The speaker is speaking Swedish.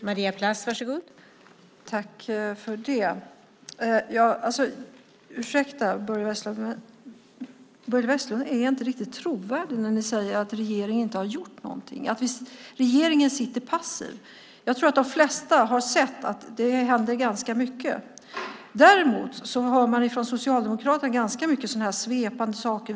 Fru talman! Börje Vestlund får ursäkta, men han är inte riktigt trovärdig när han säger att regeringen inte har gjort något och att regeringen sitter passiv. Jag tror att de flesta har sett att det händer ganska mycket. Socialdemokraterna ägnar sig mycket åt svepande uttalanden.